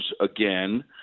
again